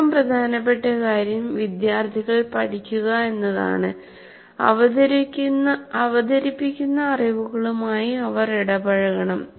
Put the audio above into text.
ഏറ്റവും പ്രധാനപ്പെട്ട കാര്യം വിദ്യാർത്ഥികൾ പഠിക്കുക എന്നതാണ് അവതരിപ്പിക്കുന്ന അറിവുകളുമായി അവർ ഇടപഴകണം